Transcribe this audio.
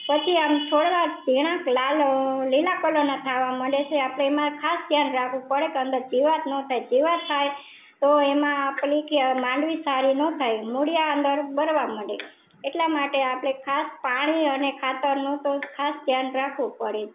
પછી આમ છોડવા જીણાક લાલ લીલા કલરના થાવા માંડે છે આપણે એમાં ખાસ ધ્યાન રાખવું પડે કે અંદર જીવાત ના થાય જીવાત થાય તો એમાં આ પહેલું કે માંડવી સારું ના થાય મૂળીયાં અંદર બરવા મળે એટલા માટે આપણે ખાસ પાણી અને ખાતરનું તો ખાસ ધ્યાન રાખવું પડે